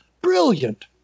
brilliant